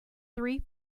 three